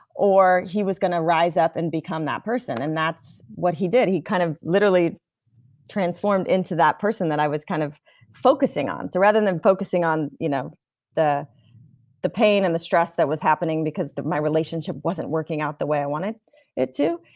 or he was going to rise up and become that person, and that's what he did. he kind of literally transformed into that person that i was kind of focusing on so rather than focusing on you know the the pain and the stress that was happening because my relationship wasn't working out the way i wanted it to,